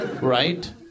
right